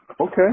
okay